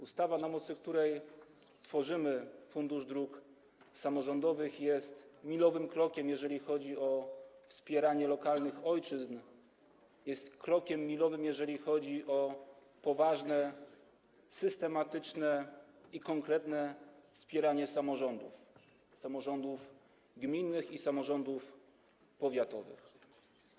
Ustawa, na mocy której tworzymy Fundusz Dróg Samorządowych, jest milowym krokiem, jeżeli chodzi o wspieranie lokalnych ojczyzn, jest milowym krokiem, jeżeli chodzi o poważne, systematyczne i konkretne wspieranie samorządów, samorządów gminnych i samorządów powiatowych.